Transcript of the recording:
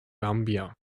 gambia